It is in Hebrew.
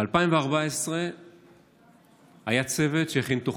ב-2014 היה צוות שהכין תוכנית.